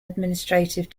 administrative